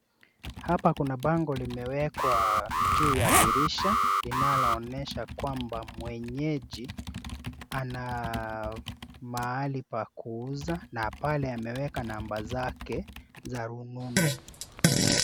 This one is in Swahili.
Hapa kuna bango limewekwa juu ya dirisha, linaloonyesha kwamba mwenyeji ana mahali pa kuuza na pale ameweka nambari yake ya rununu.